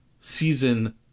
season